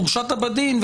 הורשעת בדין,